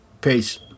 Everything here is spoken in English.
Peace